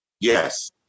Yes